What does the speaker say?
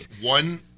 one